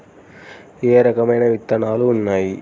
ఏ రకమైన విత్తనాలు ఉన్నాయి?